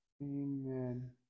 Amen